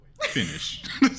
Finish